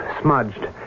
smudged